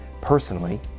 personally